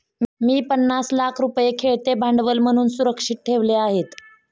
मी पन्नास लाख रुपये खेळते भांडवल म्हणून सुरक्षित ठेवले आहेत